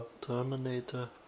Terminator